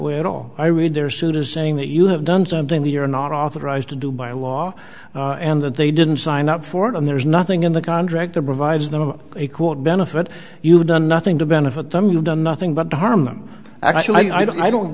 way at all i read their suit is saying that you have done something they are not authorized to do by law and that they didn't sign up for it and there's nothing in the contract that provides them a quote benefit you've done nothing to benefit them you've done nothing but harm them actually i don't i don't